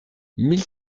mille